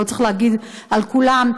לא צריך להגיד על כולם,